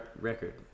record